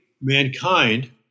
mankind